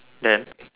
then